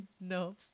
No